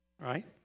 right